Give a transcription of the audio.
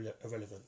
irrelevant